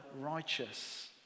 righteous